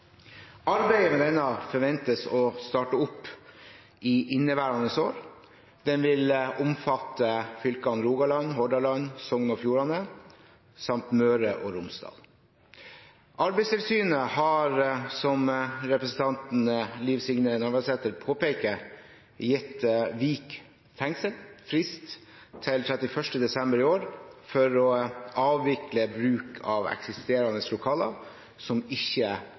Arbeidet med denne forventes å starte opp i inneværende år, den vil omfatte fylkene Rogaland, Hordaland, Sogn og Fjordane samt Møre og Romsdal. Arbeidstilsynet har, som representanten Liv Signe Navarsete påpeker, gitt Vik fengsel frist til 31. desember i år for å avvikle bruk av eksisterende lokaler som ikke